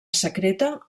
secreta